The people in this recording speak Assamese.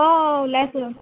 অঁ অঁ ওলাইছিলোঁ